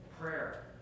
Prayer